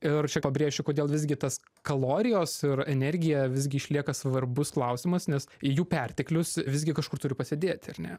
ir čia pabrėžiu kodėl visgi tas kalorijos ir energija visgi išlieka svarbus klausimas nes jų perteklius visgi kažkur turi pasidėti ar ne